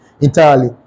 entirely